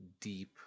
deep